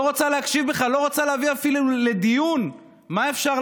לא רוצה להקשיב בכלל, לא רוצה